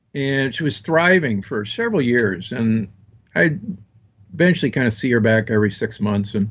and she was thriving for several years and i eventually kind of see her back every six months. and